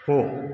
हो